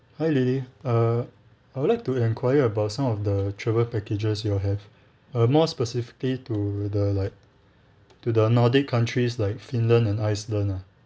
hi lily err I would like to enquire about some of the travel packages you all have err more specifically to the like to the nordic countries like finland and iceland ah